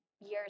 Years